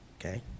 okay